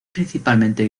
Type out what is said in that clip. principalmente